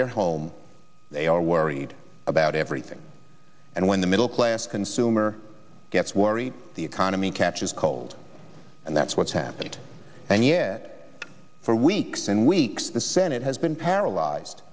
their home they are worried about everything and when the middle class consumer gets worried the economy catches cold and that's what's happened and yet for weeks and weeks the senate has been paralyzed